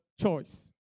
choice